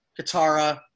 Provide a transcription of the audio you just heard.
Katara